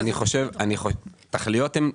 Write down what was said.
תכליות הם,